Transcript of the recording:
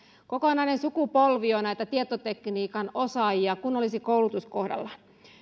kokonainen sukupolvi näitä tietotekniikan osaajia kun olisi koulutus kohdallaan